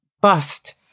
bust